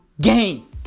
game